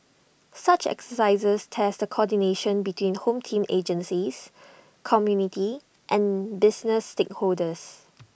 such exercises test the coordination between home team agencies community and business stakeholders